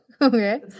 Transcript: Okay